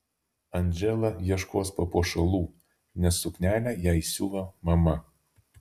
andžela ieškos papuošalų nes suknelę jai siuva mama